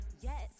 yes